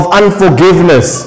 unforgiveness